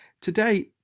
Today